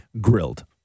grilled